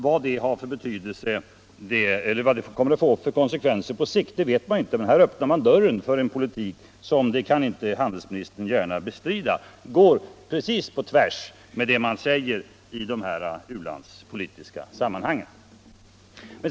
Vad det kommer att få för konsekvenser på sikt vet vi inte, men här öppnar man dörren för en politik — det kan handelsministern inte gärna bestrida — som går precis på tvärs med det man säger i de u-landspolitiska sammanhangen.